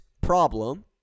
problem